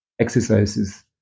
exercises